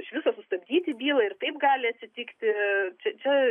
iš viso sustabdyti bylą ir taip gali atsitikti čia čia